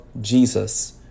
Jesus